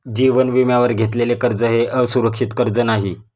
जीवन विम्यावर घेतलेले कर्ज हे असुरक्षित कर्ज नाही